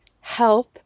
health